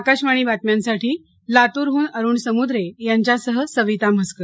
आकाशवाणी बातम्यासाठी लातूरहन अरुण समुद्रे यांच्यासह सविता म्हसकर